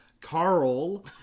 Carl